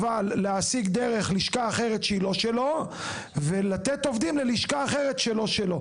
אבל להעסיק דרך לשכה אחרת שהיא לא שלו ולתת עובדים ללשכה אחרת שלא שלו.